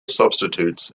substitutes